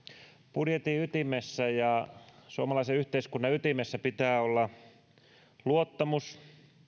budjetin ytimessä ja suomalaisen yhteiskunnan ytimessä pitää olla luottamus